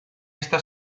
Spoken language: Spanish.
esta